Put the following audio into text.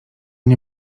nie